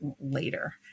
later